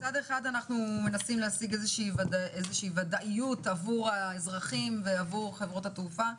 מצד אחד אנחנו מנסים להשיג איזושהי ודאות עבור האזרחים וחברות התעופה,